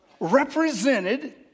Represented